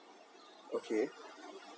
okay